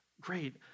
great